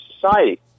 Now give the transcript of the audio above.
society